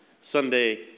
Sunday